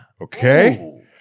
Okay